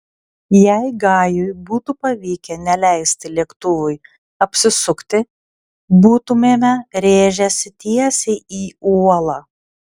jei gajui būtų pavykę neleisti lėktuvui apsisukti būtumėme rėžęsi tiesiai į uolą